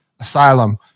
asylum